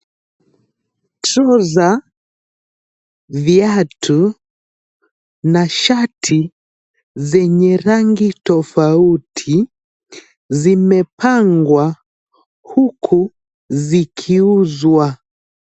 Trouser , viatu na shati zenye rangi tofauti zimepangwa huku zikiuzwa.